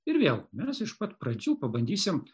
ir vėl mes iš pat pradžių pabandysim